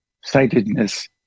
sightedness